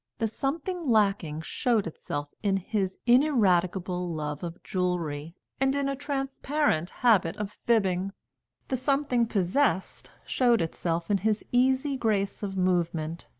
the something lacking showed itself in his ineradicable love of jewellery and in a transparent habit of fibbing the something possessed showed itself in his easy grace of movement,